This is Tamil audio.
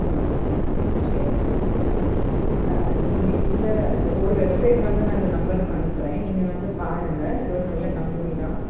தொண்ணூத்தொன்று சரிங்க சரிங்க இங்கே இந்த ஒரு வெப்சைட் வந்து நான் இந்த நம்பருக்கு அனுப்புகிறேன் நீங்கள் வந்து பாருங்க இது ஒரு நல்ல கம்பெனி தான்